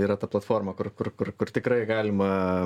yra ta platforma kur kur kur kur tikrai galima